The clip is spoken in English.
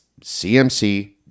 CMC